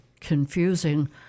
confusing